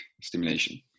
stimulation